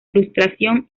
frustración